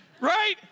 Right